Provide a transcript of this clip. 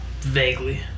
Vaguely